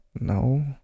no